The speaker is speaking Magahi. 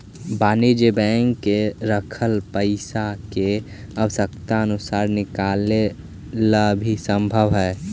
वाणिज्यिक बैंक में रखल पइसा के आवश्यकता अनुसार निकाले ला भी संभव हइ